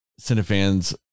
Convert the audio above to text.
Cinefans